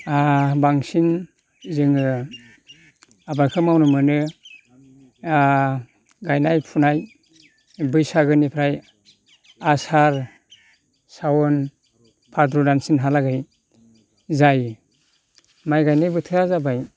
बांसिन जोङो आबादखौ मावनो मोनो गायनाय फुनाय बैसागुनिफ्राय आसार सावोन भाद्र' नांसिनहालागै जायो माइ गायनाय बोथोरा जाबाय